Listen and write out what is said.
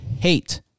hate